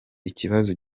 ikibazo